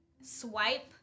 Swipe